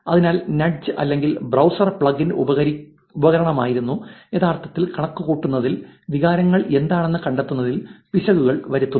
അതിനാൽ നഡ്ജ് അല്ലെങ്കിൽ browser plug in ഉപകരണമായിരുന്നു യഥാർത്ഥത്തിൽ കണക്കുകൂട്ടുന്നതിനിടയിൽ വികാരങ്ങൾ എന്താണെന്ന് കണ്ടെത്തുന്നതിൽ പിശകുകൾ വരുത്തുന്നു